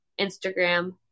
Instagram